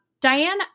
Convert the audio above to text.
Diane